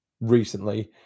recently